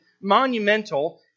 monumental